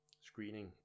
screening